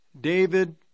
David